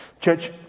Church